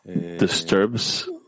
disturbs